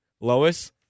Lois